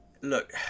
look